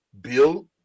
build